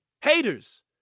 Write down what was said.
Haters